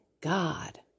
God